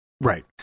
right